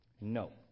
No